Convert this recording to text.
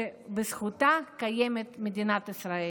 שבזכותה קיימת מדינת ישראל.